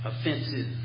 offensive